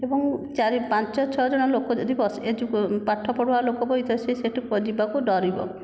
ଏବଂ ଚାରି ପାଞ୍ଚ ଛଅ ଜଣ ଲୋକ ଯଦି ବସି ପାଠ ପଢ଼ୁଆ ଲୋକ ବଇଥିବେ ସେ ସେଠି ଯିବାକୁ ଡରିବ